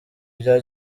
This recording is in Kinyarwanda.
bya